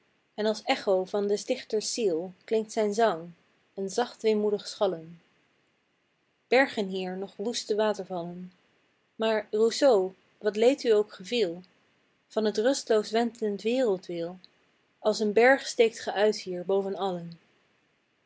en als echo's van des dichters ziel klinkt zijn zang een zacht weemoedig schallen bergen hier noch woeste watervallen maar rousseau wat leed u ook geviel van het rustloos wentlend wereldwiel als een berg steekt ge uit hier boven allen